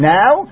now